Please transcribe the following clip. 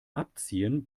abziehen